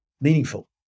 meaningful